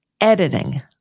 editing